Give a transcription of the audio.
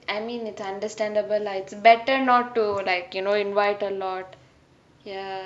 I mean it's understandable lah it's better not to like you know invite a lot ya